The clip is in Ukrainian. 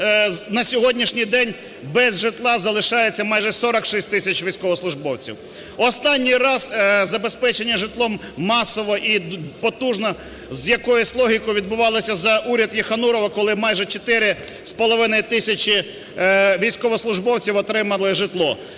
на сьогоднішній день без житла залишається майже 46 тисяч військовослужбовців. Останній раз забезпеченням житлом масово і потужно, з якоюсь логікою відбувалося за уряд Єханурова, коли майже 4,5 тисячі військовослужбовців отримали житло.